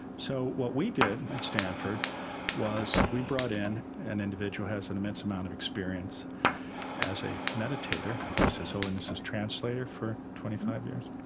so what we did at stanford was we brought in an individual who has and immense amount of experience as a meditator who is his holiness's translator for twenty five years,